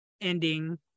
ending